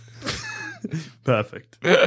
Perfect